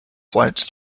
flights